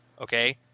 Okay